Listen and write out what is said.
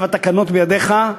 עכשיו התקנות בידיך,